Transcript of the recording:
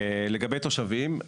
לגבי תושבים,